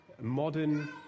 modern